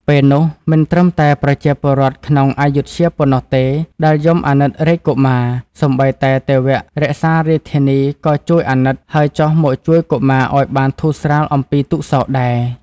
ពេលនោះមិនត្រឹម តែប្រជាពលរដ្ឋក្នុងព្ធយុធ្យាប៉ុណ្ណោះទេដែលយំអាណិតរាជកុមារ សូម្បីតែទេវៈរក្សារាជធានីក៏ជួយអាណិត ហើយចុះមកជួយកុមារឱ្យបានធូស្រាលអំពីទុក្ខសោកដែរ។